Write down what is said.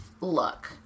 Look